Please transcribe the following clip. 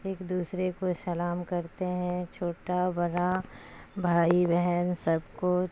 ایک دوسرے کو سلام کرتے ہیں چھوٹا بڑا بھائی بہن سب کو